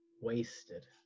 wasted